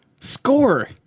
Score